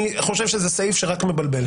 אני חושב שזה סעיף שרק מבלבל.